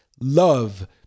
love